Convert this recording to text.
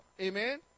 Amen